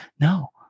no